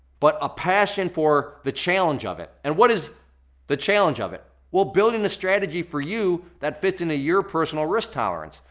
but a passion for the challenge of it, and what is the challenge of it? well building a strategy for you that fits into your personal risk tolerance,